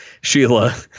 Sheila